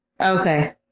Okay